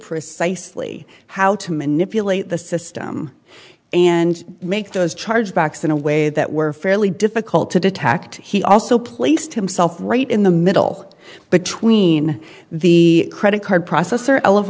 precisely how to manipulate the system and make those charge backs in a way that were fairly difficult to detect he also placed himself right in the middle between the credit card processor